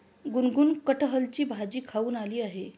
गुनगुन कठहलची भाजी खाऊन आली आहे